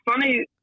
funny